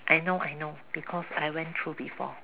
I know I know because I went through before